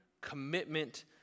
commitment